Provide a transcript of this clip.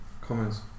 comments